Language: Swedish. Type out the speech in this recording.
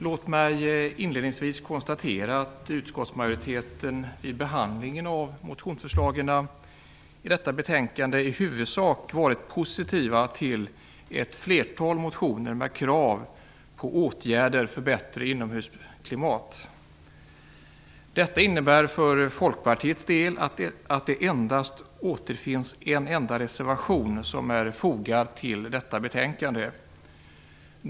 Låt mig inledningsvis konstatera att utskottsmajoriteten vid behandlingen av motionerna i betänkandet i huvudsak varit positiv till ett flertal motioner med krav på åtgärder för bättre inomhusklimat. Detta innebär för Folkpartiets del att det endast återfinns en enda reservation som är fogad till detta betänkande.